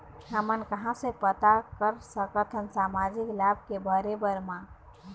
हमन कहां से पता कर सकथन सामाजिक लाभ के भरे बर मा?